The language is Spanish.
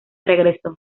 regresó